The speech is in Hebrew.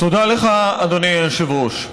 תודה לך, אדוני היושב-ראש.